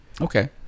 Okay